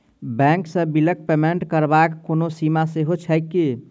Bank सँ बिलक payment करबाक कोनो सीमा सेहो छैक की?